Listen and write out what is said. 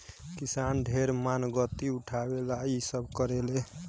किसान ढेर मानगती उठावे ला इ सब करेले